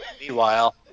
Meanwhile